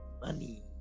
money